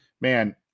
man